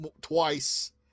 twice